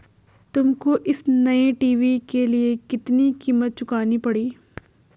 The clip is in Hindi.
तुमको इस नए टी.वी के लिए कितनी कीमत चुकानी पड़ी?